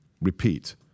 Repeat